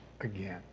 again